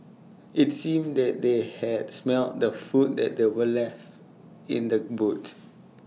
IT seemed that they had smelt the food that were left in the boot